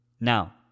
Now